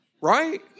Right